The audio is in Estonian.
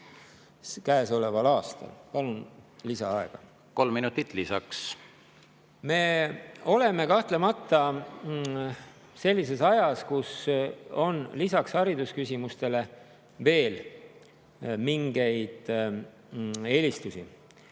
käesoleval aastal. Palun lisaaega. Kolm minutit lisaks. Me oleme kahtlemata sellises ajas, kus lisaks haridusküsimustele on veel [muid küsimusi].